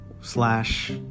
slash